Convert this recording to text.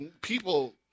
people